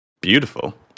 beautiful